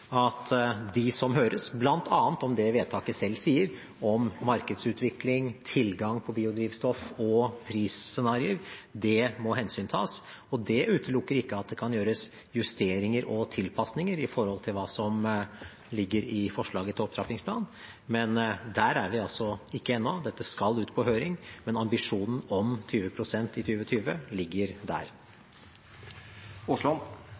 at de som høres, bl.a. om det vedtaket selv sier, om markedsutvikling, tilgang på biodrivstoff og prisscenarier, må tas hensyn til. Det utelukker ikke at det kan gjøres justeringer og tilpassinger i forhold til hva som ligger i forslaget til opptrappingsplan. Men der er vi ikke ennå, dette skal ut på høring. Men ambisjonen om 20 pst. i 2020 ligger der.